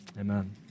Amen